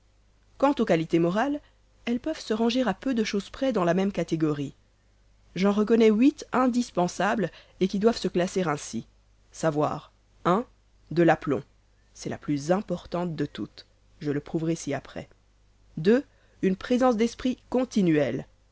quant aux qualités morales elles peuvent se ranger à peu de chose près dans la même catégorie j'en reconnais huit indispensables et qui doivent se classer ainsi savoir de l'aplomb une présence d'esprit continuelle